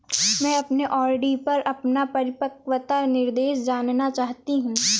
मैं अपने आर.डी पर अपना परिपक्वता निर्देश जानना चाहती हूँ